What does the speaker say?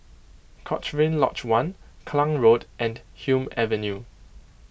Cochrane Lodge one Klang Road and Hume Avenue